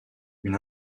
une